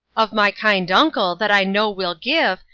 of my kind uncle, that i know will give,